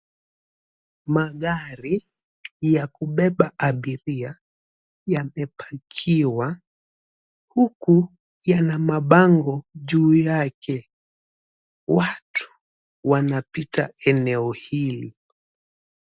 Magari ya kubeba abiria yamepakiwa huku yana mabango juu yake. Watu wanapita eneo hili.